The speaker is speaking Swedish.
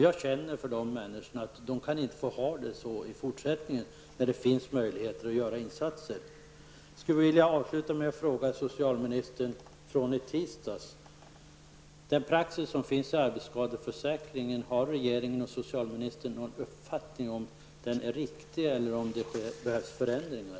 Jag känner för de människorna, de kan inte få ha det så i fortsättningen när det finns möjligheter att göra insatser. Jag skulle vilja avsluta med att ställa en fråga till socialministern, och den knyter an till det som debatterades i tisdags. Har regeringen och socialministern någon uppfattning om huruvida den praxis som finns i arbetsskadeförsäkringen är riktig eller om den behöver förändras?